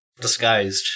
Disguised